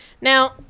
Now